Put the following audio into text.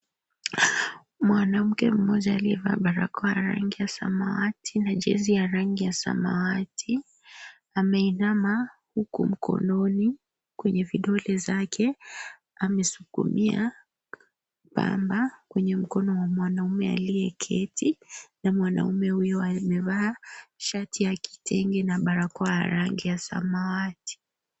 Mwanamke mmoja aliyevaa barakoa ya rangi ya samawati na jezi ya rangi ya samawati ameinama huku mkononi kwenye vidole zake ameshikilia kwenye mkononi mwanaume aliyeketi. A mwanaume huyo amevaa shati ya kitenge na barakoa ya rangi ya samawati.